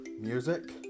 music